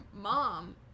mom